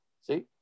See